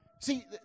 See